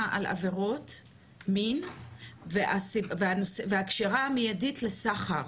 על עבירות מין והקשירה המידית לסחר,